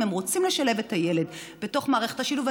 הם רוצים לשלב את הילד בתוך מערכת השילוב.